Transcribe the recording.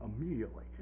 immediately